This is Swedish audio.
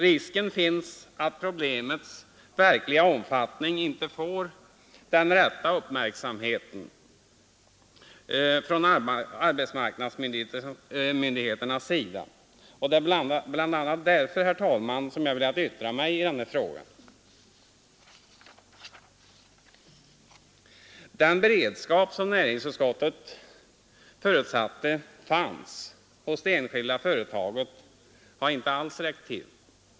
Risken finns att problemets verkliga omfattning inte får den rätta uppmärksamheten från arbetsmarknadsmyndigheternas sida. Det är bl.a. därför, herr talman, som jag har velat yttra mig i den här frågan. Den beredskap som näringsutskottet förutsatte fanns hos det enskilda företaget har inte räckt till.